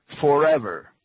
forever